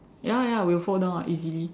ya ya we will fall down [what] easily